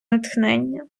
натхнення